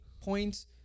points